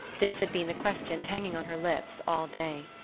this had been the question hanging on her lips all day.